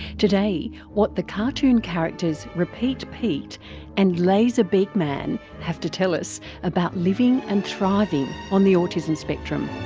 today, what the cartoon characters repeat pete and laser beak man have to tell us about living and thriving on the autism spectrum.